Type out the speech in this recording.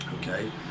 okay